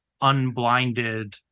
unblinded